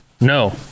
no